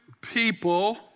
people